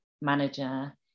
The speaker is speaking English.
manager